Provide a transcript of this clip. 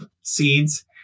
seeds